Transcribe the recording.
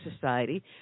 society